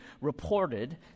reported